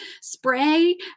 spray